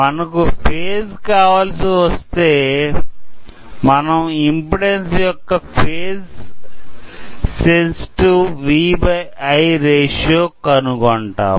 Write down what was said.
మనకు ఫేజ్ కావలసివస్తే మనం ఇంపిడెన్సు యొక్క phase sensitive V by I ratio కనుగొంటాం